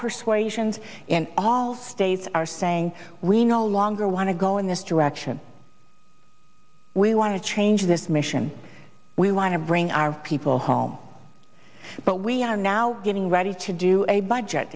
persuasions and all states are saying we no longer want to go in this direction we want to change this mission we want to bring our people home but we are now getting ready to do a budget